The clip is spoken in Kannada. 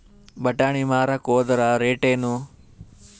ಬಟಾನಿ ಮಾರಾಕ್ ಹೋದರ ರೇಟೇನು?